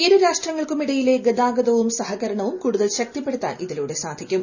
ഇരുരാഷ്ട്രങ്ങൾക്കുമിടയിലെ ഗതാഗത്യും സ്ഹകരണവും കൂടുതൽ ശക്തിപ്പെടുത്താൻ ഇതിലൂടെ സാ്ധിക്കും